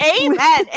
amen